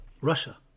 Russia